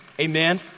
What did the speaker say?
Amen